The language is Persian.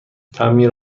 تعمیر